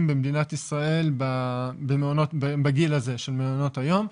במדינת ישראל בגיל הזה של מעונות היום.